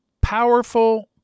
powerful